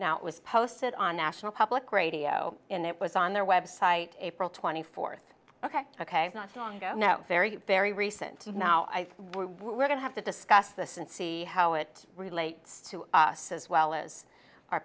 now it was posted on national public radio in it was on their web site april twenty fourth ok ok not so long ago no very very recent now i we're going to have to discuss this and see how it relates to us as well as our